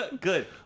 Good